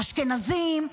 אשכנזים,